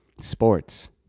Sports